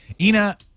Ina